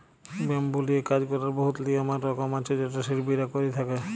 bamboo লিয়ে কাজ ক্যরার বহুত লিয়ম আর রকম আছে যেট শিল্পীরা ক্যরে থ্যকে